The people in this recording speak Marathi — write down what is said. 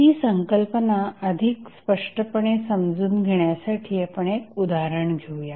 ही संकल्पना अधिक स्पष्टपणे समजून घेण्यासाठी आपण एक उदाहरण घेऊया